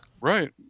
Right